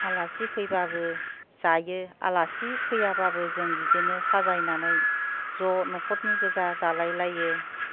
आलासि फैबाबो जायो आलासि फैयाबाबो जों बिदिनो साजायनानै ज' नख'रनि गोजा जालायलायो